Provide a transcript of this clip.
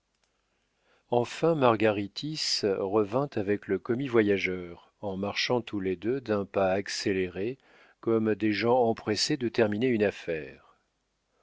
enfin margaritis revint avec le commis-voyageur en marchant tous deux d'un pas accéléré comme des gens empressés de terminer une affaire